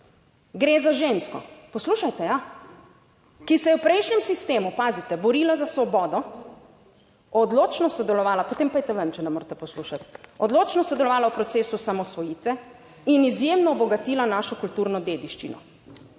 gre za žensko, poslušajte, ja, ki se je v prejšnjem sistemu, pazite, borila za svobodo, odločno sodelovala.../oglašanje iz klopi/ - Potem pojdite ven, če ne morete poslušati - Odločno sodelovala v procesu osamosvojitve in izjemno obogatila našo kulturno dediščino.